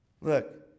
Look